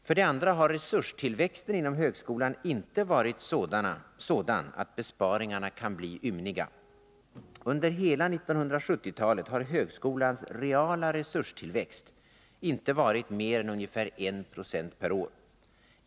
För det andra har resurstillväxten inom högskolan inte varit sådan att besparingarna kan bli ymniga. Under hela 1970-talet har högskolans reala resurstillväxt inte varit mer än ungefär 1 20 per år.